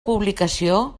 publicació